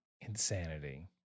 Insanity